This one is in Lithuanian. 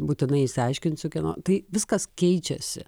būtinai išsiaiškinsiu kieno tai viskas keičiasi